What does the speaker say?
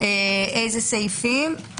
אילו סעיפים?